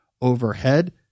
overhead